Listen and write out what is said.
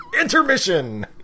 Intermission